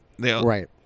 right